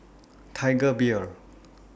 Tiger Beer